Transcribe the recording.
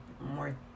more